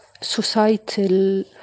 societal